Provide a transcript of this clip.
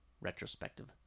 retrospective